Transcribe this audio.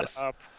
up